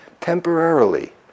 temporarily